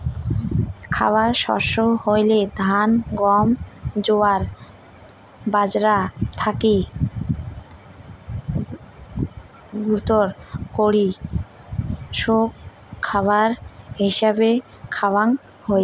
খাবার শস্য হইলেক ধান, গম, জোয়ার, বাজরা থাকি শুরু করি সৌগ খাবার হিছাবে খাওয়া হই